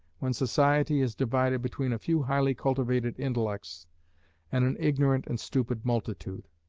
when society is divided between a few highly cultivated intellects and an ignorant and stupid multitude.